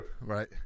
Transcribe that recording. Right